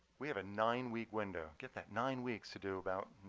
we have a nine week window get that nine weeks to do about